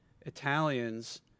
Italians